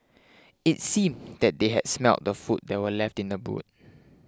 it seemed that they had smelt the food that were left in the boot